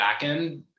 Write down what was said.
backend